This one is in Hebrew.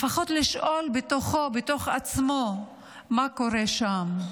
לפחות לשאול את עצמו מה קורה שם,